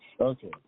Okay